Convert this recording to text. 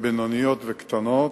בינוניות וקטנות.